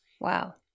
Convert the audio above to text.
Wow